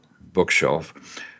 bookshelf